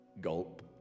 Gulp